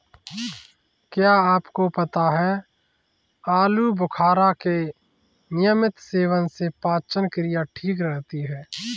क्या आपको पता है आलूबुखारा के नियमित सेवन से पाचन क्रिया ठीक रहती है?